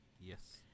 Yes